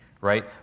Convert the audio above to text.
right